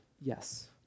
yes